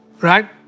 Right